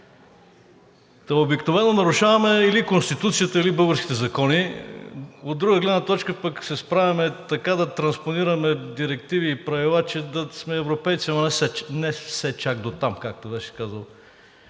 Обикновено нарушаваме или Конституцията, или българските закони. От друга гледна точка, пък се справяме така да транспонираме директиви и правила, че да сме европейци, но „не все чак дотам“, както беше казал